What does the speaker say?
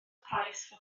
price